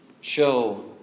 show